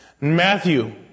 Matthew